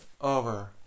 over